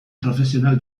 profesional